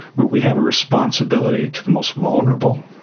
where we have a responsibility to the most vulnerable.